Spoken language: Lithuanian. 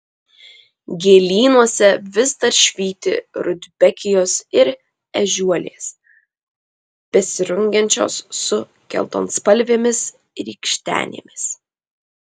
gėlynuose vis dar švyti rudbekijos ir ežiuolės besirungiančios su geltonspalvėmis rykštenėmis